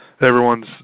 everyone's